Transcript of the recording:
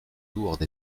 lourde